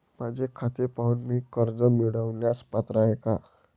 माझे खाते पाहून मी कर्ज मिळवण्यास पात्र आहे काय?